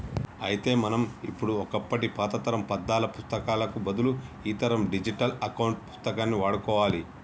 అయితే మనం ఇప్పుడు ఒకప్పటి పాతతరం పద్దాల పుత్తకాలకు బదులు ఈతరం డిజిటల్ అకౌంట్ పుస్తకాన్ని వాడుకోవాలి